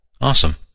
Awesome